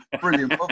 Brilliant